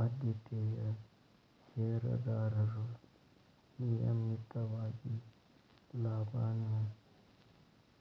ಆದ್ಯತೆಯ ಷೇರದಾರರು ನಿಯಮಿತವಾಗಿ ಲಾಭಾನ